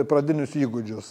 pradinius įgūdžius